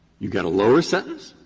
you get a lower sentence,